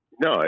No